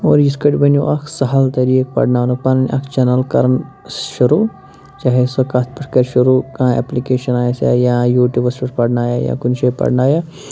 اور یِتھ کٔٹھۍ بنیو اَکھ سہل طریٖقہٕ پَرٕناونُک پَنٕنۍ اَکھ چٮ۪نَل کَرَن شُروٗع چاہے سۄ کَتھ پٮ۪ٹھ کَرِ شُروٗع کانٛہہ اٮ۪پلِکیشَن آسیٛا یا یوٗٹیوٗبَس پٮ۪ٹھ پَرٕنایا یا کُنہِ جایہِ پَرٕنایا